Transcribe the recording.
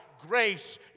grace